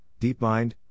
DeepMind